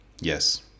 Yes